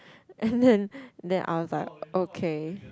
and then then I was like okay